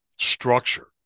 structure